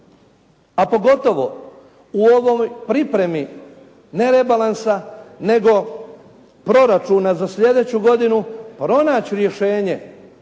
a pogotovo u ovoj pripremi ne rebalansa, nego proračuna za slijedeću godinu pronaći rješenje